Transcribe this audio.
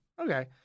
Okay